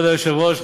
כבוד היושבת-ראש,